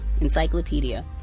encyclopedia